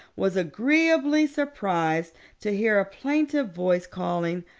was agreeably surprised to hear a plaintive voice calling,